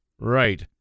Right